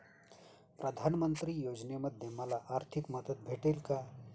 प्रधानमंत्री योजनेमध्ये मला आर्थिक मदत भेटेल का?